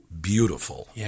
beautiful